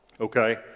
okay